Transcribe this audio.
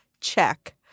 Check